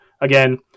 again